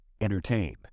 Entertain